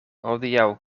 hodiaŭ